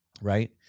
right